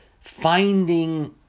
finding